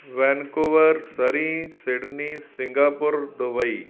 Vancouver Surrey Sydney Singapore Dubai